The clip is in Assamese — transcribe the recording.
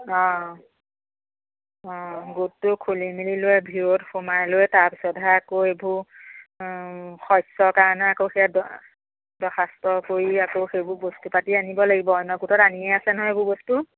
অ অ গোটটো খুলি মেলি লৈ ভিৰত সোমাই লৈ তাৰপিছতহে আকৌ এইবোৰ শস্যৰ কাৰণে আকৌ সেয়া দখাস্ত কৰি আকৌ সেইবোৰ বস্তু পাতি আনিব লাগিব অন্য গোটত আনিয়ে আছে নহয় এইবোৰ বস্তু